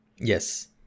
yes